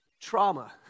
trauma